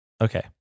Okay